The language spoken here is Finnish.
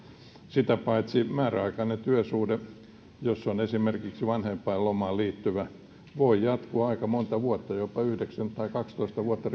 sitä paitsi määräaikainen työsuhde jos on esimerkiksi vanhempainlomaan liittyvä voi jatkua aika monta vuotta jopa yhdeksän tai kaksitoista vuotta